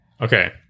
okay